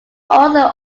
also